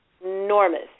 enormous